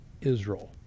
Israel